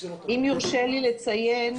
אם יורשה לי ציין,